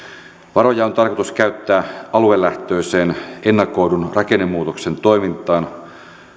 varoja on tarkoitus käyttää aluelähtöiseen ennakoidun rakennemuutoksen toimintaan